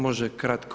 Može kratko.